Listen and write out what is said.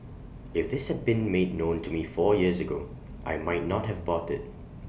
if this had been made known to me four years ago I might not have bought IT